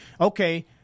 Okay